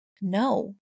no